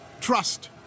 trust